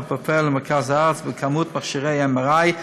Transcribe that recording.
בפריפריה למרכז הארץ במספר מכשירי ה-MRI,